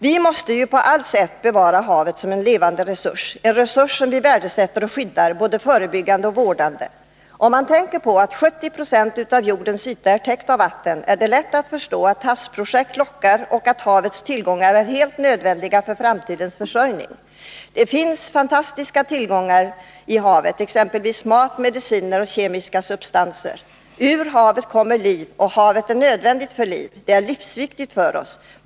Vi måste på allt sätt bevara havet som en levande resurs, en resurs som vi värdesätter och skyddar, både förebyggande och vårdande. Om man tänker på att 70 20 av jordens yta är täckt av vatten, är det lätt att förstå att havsprojekt lockar och att havets tillgångar är helt nödvändiga för framtidens försörjning. Det finns fantastiska tillgångar i havet, exempelvis mat, mediciner och kemiska substanser. Ur havet kommer liv, och havet är nödvändigt för liv — det är livsviktigt för oss.